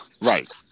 Right